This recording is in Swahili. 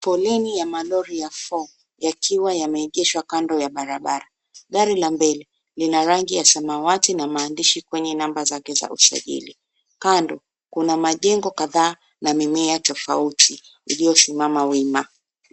Foleni ya malori ya four , yakiwa yameegeshwa kando ya barabara. Gari la mbele lina rangi ya samawati na maandishi kwenye namba zake za usajili. Kando kuna majengo kadhaa na mimea tofauti iliyo simama wima.